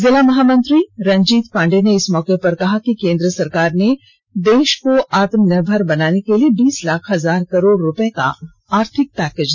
जिला महामंत्री रंजीत पांडेय ने इस मौके पर कहा कि केंद्र सरकार ने देश को आत्मनिर्भर बनने के लिए बीस लाख हजार करोड़ रूपये का आर्थिक पैकेज दिया है